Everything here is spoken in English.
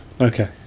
Okay